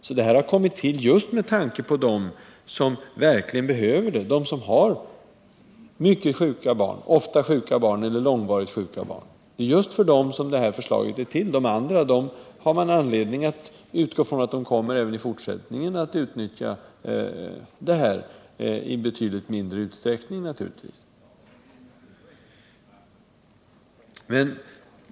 Vårt förslag har kommit till just med tanke på de familjer som verkligen behöver det här stödet, de som har barn som ofta är sjuka eller som är långvarigt sjuka.